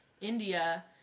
India